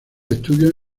estudios